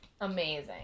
amazing